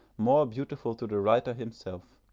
more beautiful to the writer himself.